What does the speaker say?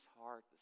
heart